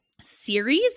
Series